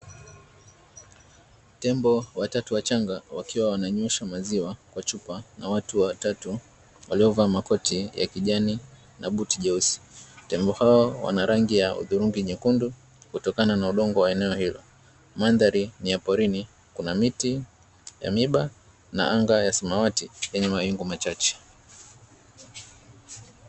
Tembo watatu wachanga wakiwa wana nyweshwa maziwa kwa chupa, na watu watatu walio vaa makoti ya kijani na buti jeusi, tembo hao wana rangi ya udhurungi nyekundu kutokana na udongo wa eneo hilo, mandhari ni ya porini, kuna miti ya miiba na anga ya samawati yenye mawingu machache.